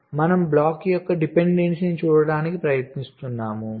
కాబట్టి మనం block A యొక్క డిపెండెన్సీని చూడటానికి ప్రయత్నిస్తున్నాము